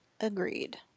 Agreed